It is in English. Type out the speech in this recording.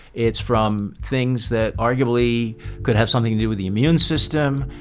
it's from things that arguably could have something to do with the immune system,